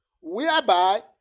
Whereby